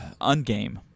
Ungame